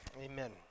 Amen